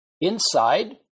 inside